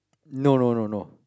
no no no no